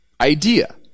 idea